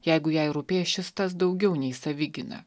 jeigu jai rūpės šis tas daugiau nei savigyna